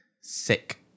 Sick